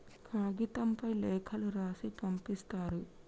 కాగితంపై లేఖలు రాసి పంపిస్తారు